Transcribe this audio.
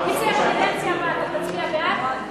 אם זה יהיה בקדנציה הבאה אתה תצביע בעד?